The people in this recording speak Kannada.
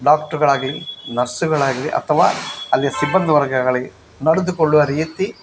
ಡಾಕ್ಟ್ರುಗಳಾಗಲಿ ನರ್ಸುಗಳಾಗಲಿ ಅಥವಾ ಅಲ್ಲಿಯ ಸಿಬ್ಬಂದಿ ವರ್ಗಗಳಿಗೆ ನಡೆದುಕೊಳ್ಳುವ ರೀತಿ